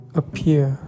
appear